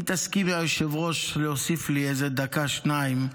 אם תסכימי, היושבת-ראש, להוסיף לי דקה או שתיים,